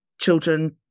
children